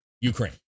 Ukraine